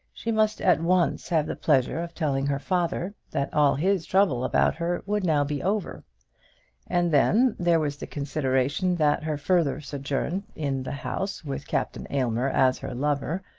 she must at once have the pleasure of telling her father that all his trouble about her would now be over and then, there was the consideration that her further sojourn in the house, with captain aylmer as her lover,